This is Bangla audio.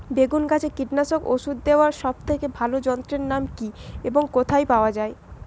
বেগুন গাছে কীটনাশক ওষুধ দেওয়ার সব থেকে ভালো যন্ত্রের নাম কি এবং কোথায় পাওয়া যায়?